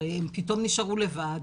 הרי הם פתאום נשארו לבד,